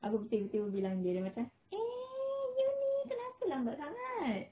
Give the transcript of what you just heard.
aku pagi-pagi bilang dia macam eh you ni kenapa lambat sangat